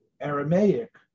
Aramaic